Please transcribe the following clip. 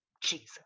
jesus